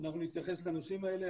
אנחנו נתייחס לנושאים האלה,